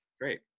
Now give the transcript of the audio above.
Great